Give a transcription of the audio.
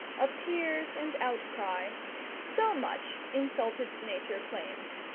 of tears and outcry so much insulted nature claimed.